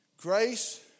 Grace